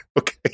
Okay